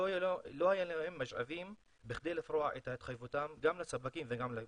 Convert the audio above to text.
שלא היו להם משאבים לפרוע את ההתחייבויות שלהם גם לספקים וגם לבנקים,